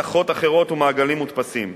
מתכות אחרות ומעגלים מודפסים.